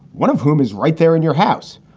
one of whom is right there in your house.